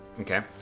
Okay